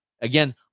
Again